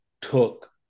took